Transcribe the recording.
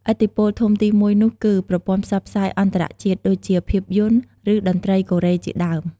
ឥទ្ធិពលធំទីមួយនោះគឺ ប្រព័ន្ធផ្សព្វផ្សាយអន្តរជាតិ ដូចជា ភាពយន្ត ឬ តន្រ្តីកូរ៉េជាដើម។